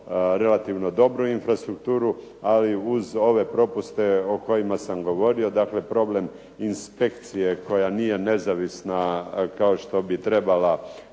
relativno dobru infrastrukturu, ali uz ove propuste o kojima sam govorio, dakle problem inspekcije koja nije nezavisna kao što bi trebala